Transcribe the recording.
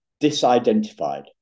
disidentified